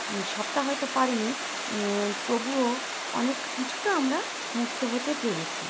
সবটা হয়তো পারিনি তবুও অনেক কিছুটা আমরা মুক্ত হতে পেরেছি